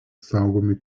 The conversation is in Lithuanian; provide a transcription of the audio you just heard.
saugomi